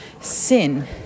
sin